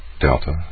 Delta